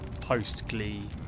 post-Glee